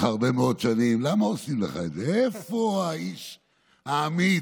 איפה האיש האמיץ,